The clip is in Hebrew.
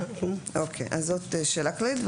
אוקיי, אז זאת שאלה כללית.